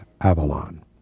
Avalon